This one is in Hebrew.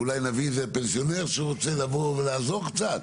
אולי נביא איזה פנסיונר שרוצה לבוא ולעזור קצת.